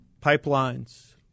pipelines